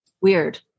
Weird